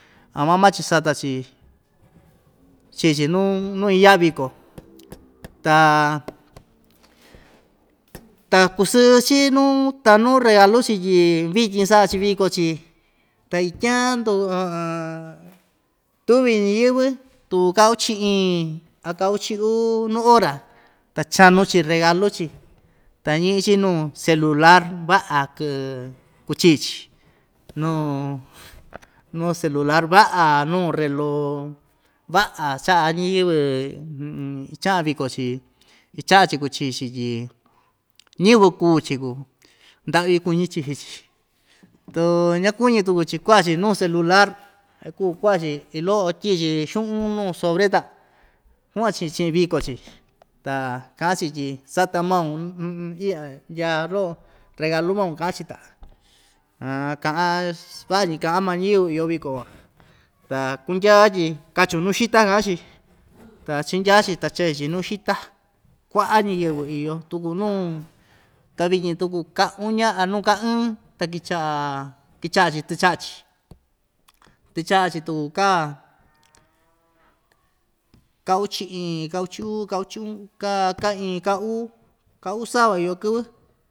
Ama maa‑chi sata‑chi chii‑chi nuu nuu iyaꞌa viko ta kusɨɨ‑chi nuu tanu regalu‑chi tyi vityin saꞌa‑chi viko‑chi ta ityan ndo tuvi ñiyɨ́vɨ́ tuu ka uchi iin a ka uchi uu nuu ora ta chanu‑chi regalu‑chi ta ñiꞌi‑chi nuu celular vaꞌa kɨꞌɨ kuchii‑chi nuu nuu celular vaꞌa nuu reloo vaꞌa chaꞌa ñiyɨvɨ ichaꞌan viko‑chi ichaꞌa‑chi kuchii‑chi tyi ñiyɨvɨ kuu‑chi kuu ndaꞌvi kuñi‑chi jichi tuu ñakuñi tuku‑chi kuaꞌa‑chi nuu celular ikuu kuaꞌa‑chi iin loꞌo ityiꞌi‑chi xuꞌun nuu nuu sobre ta kuaꞌan‑chi chiꞌin viko‑chi ta kaꞌa‑chi tyi sata maun iꞌya ndyaa loꞌo regalu maun kaꞌa‑chi ta haa kaꞌan ss vaꞌa‑ñi kaꞌan maa ñiyɨvɨ iyo viko van ta kundyaa tyi kachun nuu xita kaꞌan‑chi ta chindyaa‑chi ta chee‑chi nuu xita kuaꞌa ñiyɨvɨ iyo tuku nuu ta vityin tuku ka uña a nuu ka ɨɨn ta kichaꞌa kichaꞌa‑chi tɨchaꞌa‑chi tɨchaꞌa‑chi tuku kaa ka uchi iin ka uchi uu ka uchi uꞌun ka kaa iin ka uu ka uu sava iyo kɨvɨ.